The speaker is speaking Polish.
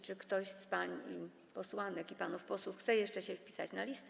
Czy ktoś z pań posłanek i panów posłów chce jeszcze się wpisać na listę?